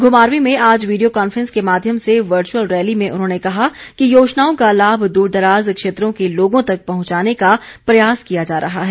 घुमारवीं में आज video conference के माध्यम से वर्चुअल रैली में उन्होंने कहा कि योजनाओं का लाभ दूरदराज़ क्षेत्रों के लोगों तक पहुंचाने का प्रयास किया जा रहा है